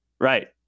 Right